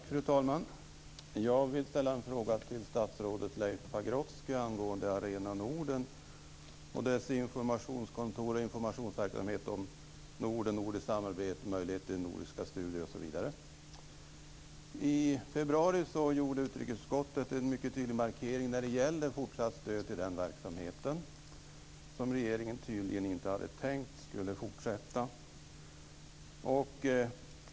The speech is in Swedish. Fru talman! Jag vill ställa en fråga till statsrådet I februari gjorde utrikesutskottet en mycket tydlig markering när det gäller fortsatt stöd till den verksamheten, som regeringen tydligen inte hade tänkt skulle fortsätta.